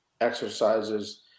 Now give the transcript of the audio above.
exercises